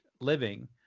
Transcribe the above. living